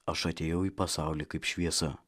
aš atėjau į pasaulį kaip šviesa